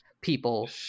people